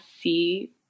see